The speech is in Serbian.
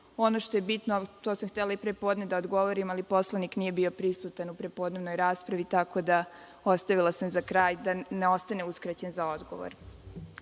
što je bitno, to sam htela i prepodne da odgovorim, ali poslanik nije bio prisutan u prepodnevnoj raspravi, tako da sam ostavila za kraj, da ne ostane uskraćen za odgovor.